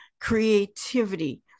creativity